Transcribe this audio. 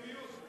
מה פתאום מיעוט?